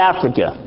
Africa